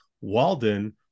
Walden